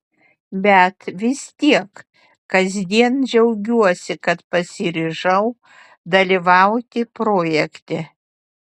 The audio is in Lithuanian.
bet vis tiek kasdien džiaugiuosi kad pasiryžau dalyvauti projekte